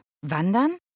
wandern